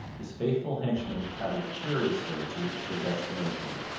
his faithful henchmen paddled furiously to reach their destination.